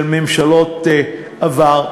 של ממשלות עבר.